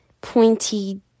pointy